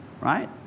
right